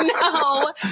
No